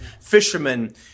fishermen